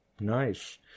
Nice